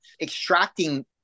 extracting